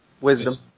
Wisdom